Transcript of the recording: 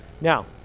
Now